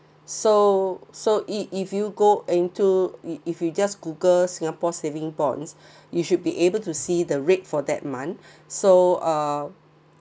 so so it if you go into if if you just google singapore saving bonds you should be able to see the rate for that month so uh